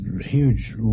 huge